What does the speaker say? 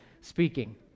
speaking